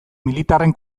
militarren